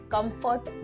Comfort